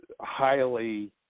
highly